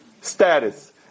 status